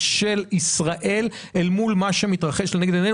של ישראל אל מול מה שמתרחש לנגד עינינו.